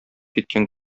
киткән